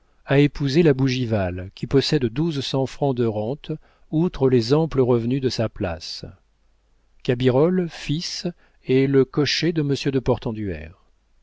a épousé la bougival qui possède douze cents francs de rente outre les amples revenus de sa place cabirolle fils est le cocher de monsieur de